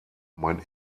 mein